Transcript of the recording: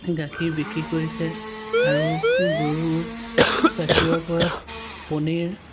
গাখীৰ বিক্ৰী কৰিছে আৰু গৰুৰ গাখীৰৰ পৰা পনীৰ